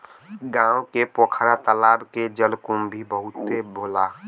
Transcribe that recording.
गांव के पोखरा तालाब में जलकुंभी बहुते होला